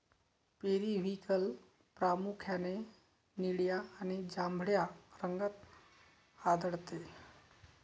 periwinkle प्रामुख्याने निळ्या आणि जांभळ्या रंगात आढळते